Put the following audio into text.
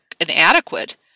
inadequate